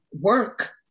work